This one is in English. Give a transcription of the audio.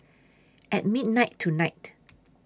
At midnight tonight